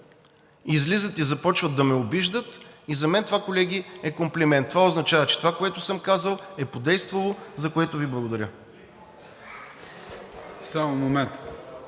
излизат и започват да ме обиждат. За мен това, колеги, е комплимент. Това означава, че това, което съм казал, е подействало, за което Ви благодаря. ПРЕДСЕДАТЕЛ